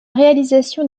réalisation